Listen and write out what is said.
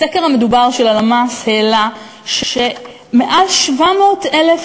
הסקר המדובר של הלמ"ס העלה שמעל 700,000